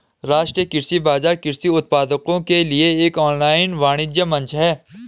राष्ट्रीय कृषि बाजार कृषि उत्पादों के लिए एक ऑनलाइन वाणिज्य मंच है